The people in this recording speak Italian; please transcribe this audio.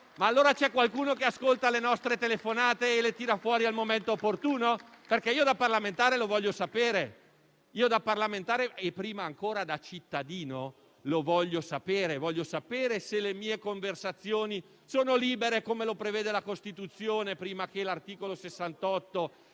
Allora c'è qualcuno che ascolta le nostre telefonate e le tira fuori al momento opportuno? Da parlamentare lo voglio sapere; da parlamentare, e prima ancora da cittadino, lo voglio sapere. Voglio sapere se le mie conversazioni sono libere, come prevede la Costituzione, prima ancora che l'articolo 68